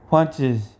Punches